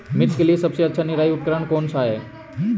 मिर्च के लिए सबसे अच्छा निराई उपकरण कौनसा है?